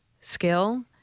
skill